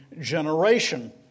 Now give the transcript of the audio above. generation